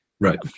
Right